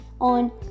on